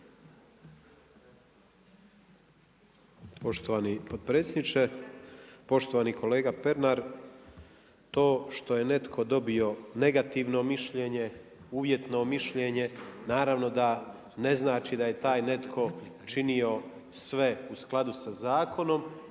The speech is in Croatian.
Poštovani potpredsjedniče. Poštovani kolega Pernar, to što je netko dobio negativno mišljenje, uvjetno mišljenje, naravno da ne znači da je taj netko činio sve u skladu sa zakonom